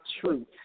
truth